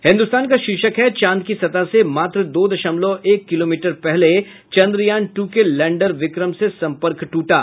हिन्दुस्तान का शीर्षक है चांद की सतह से मात्र दो दशमलव एक किलोमीटर पहले चंद्रयान टू के लैंडर विक्रम से संपर्क टूटा